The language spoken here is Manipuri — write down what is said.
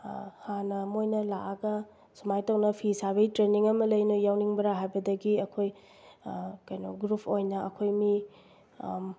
ꯍꯥꯟꯅ ꯃꯣꯏꯅ ꯂꯥꯛꯑꯒ ꯁꯨꯃꯥꯏꯅ ꯇꯧꯅ ꯐꯤ ꯁꯥꯕꯒꯤ ꯇ꯭ꯔꯦꯅꯤꯡ ꯑꯃ ꯂꯩ ꯅꯣꯏ ꯌꯥꯎꯅꯤꯡꯕ꯭ꯔꯥ ꯍꯥꯏꯕꯗꯒꯤ ꯑꯩꯈꯣꯏ ꯀꯩꯅꯣ ꯒ꯭ꯔꯨꯐ ꯑꯣꯏꯅ ꯑꯩꯈꯣꯏ ꯃꯤ